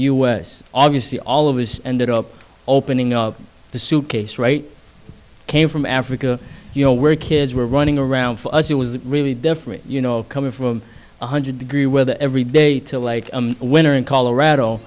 s obviously all of us ended up opening up the suitcase right came from africa you know where kids were running around for us it was really different you know coming from one hundred degree weather every day to like winter in colorado